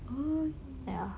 oh okay